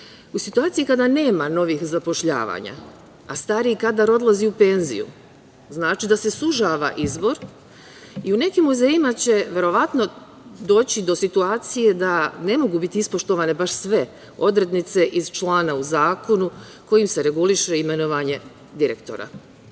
situaciji kada nema novih zapošljavanja, a stari kadar odlazi u penziju, znači da se sužava izbor i u nekim muzejima će verovatno doći do situacije da ne mogu biti ispoštovane baš sve odrednice iz člana u zakonu kojim se reguliše imenovanje direktora.